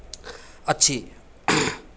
अच्छी